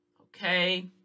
Okay